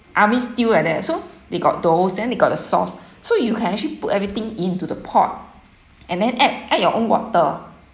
army stew like that so they got those then they got the sauce so you can actually put everything into the pot and then add add your own water